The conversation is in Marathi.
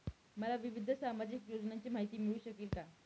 मला विविध सामाजिक योजनांची माहिती मिळू शकेल का?